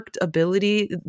ability